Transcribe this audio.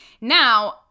Now